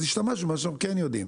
אז השתמשנו במה שאנחנו כן יודעים.